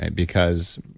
and because,